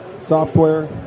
software